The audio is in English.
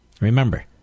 Remember